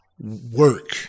work